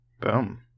Boom